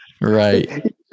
Right